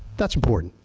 that's important.